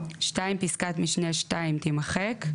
פסקת משנה (2) תימחק,